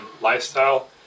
lifestyle